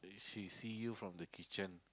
if she see you from the kitchen